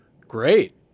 Great